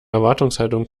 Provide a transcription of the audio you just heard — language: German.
erwartungshaltung